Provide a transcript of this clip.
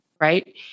Right